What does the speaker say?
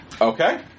Okay